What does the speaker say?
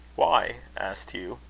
why? asked hugh.